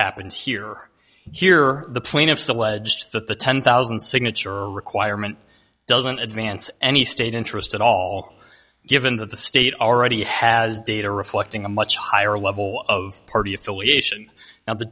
happened here here the plaintiffs alleged that the ten thousand signature requirement doesn't advance any state interest at all given that the state already has data reflecting a much higher level of party affiliation now the